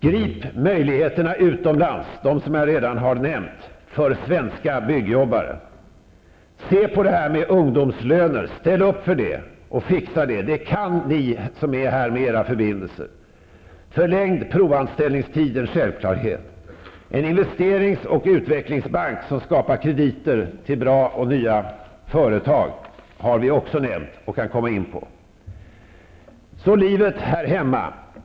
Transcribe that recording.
Grip möjligheterna utomlands, dem som jag redan har nämnt, för svenska byggjobbare! Se över det här med ungdomslöner! Ställ upp för det och ordna det. Det kan ni som är här, med era förbindelser. Förlängd provanställning är en självklarhet. En investeringsoch utvecklingsbank som skapar krediter till bra och nya företag har vi också nämnt. Så över till livet här hemma.